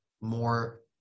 more